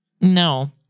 No